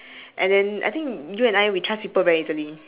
and then I think you and I we trust people very easily